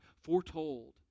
foretold